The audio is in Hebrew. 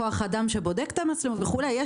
כוח אדם שבודק את המצלמות וכולי.